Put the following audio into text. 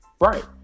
right